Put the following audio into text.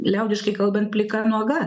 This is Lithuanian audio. liaudiškai kalbant plika nuoga